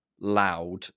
loud